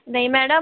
नहीं मैडम